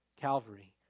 Calvary